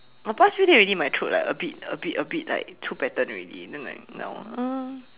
past few days already my throat like a bit a bit like throw pattern already then like now uh